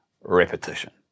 repetition